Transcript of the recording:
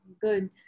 good